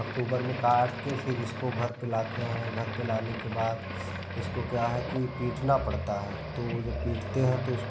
अक्टूबर में काट के फिर इसको घर पे लाते हैं घर पे लाने के बाद इसको क्या है कि पीटना पड़ता है तो वो जो पीटते हैं तो उस